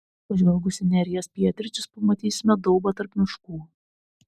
pažvelgus į neries pietryčius pamatysime daubą tarp miškų